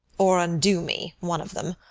or undo me one of them.